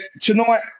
Tonight